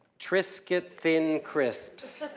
triscuit thin crisps.